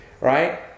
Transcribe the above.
right